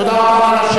תודה רבה.